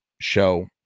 show